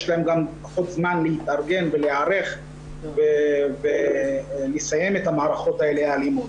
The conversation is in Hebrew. יש להם גם פחות זמן להתארגן ולהיערך בלסיים את המערכות האלימות האלה,